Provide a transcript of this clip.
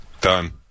Done